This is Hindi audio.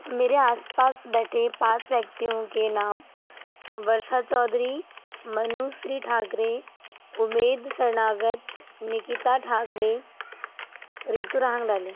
मेरे आस पास बैठे पाँच व्यक्तियों के नाम वर्षा चौधरी मनुश्री ठाकरे उमेद शरणागत निकिता ठाकरे रितु राहांगडले